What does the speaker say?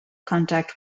contact